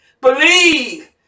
Believe